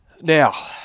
Now